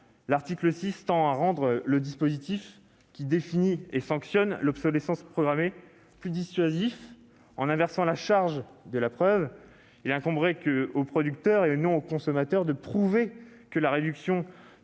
l'article 6 tend à rendre le dispositif qui définit et sanctionne l'obsolescence programmée plus dissuasif, en inversant la « charge de la preuve ». Il incomberait au producteur, et non plus au consommateur, de prouver que la réduction